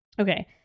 Okay